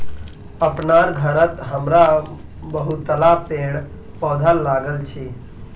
अपनार घरत हमरा बहुतला पेड़ पौधा लगाल छि